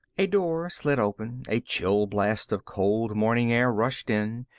a door slid open. a chill blast of cold morning air rushed in,